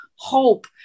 hope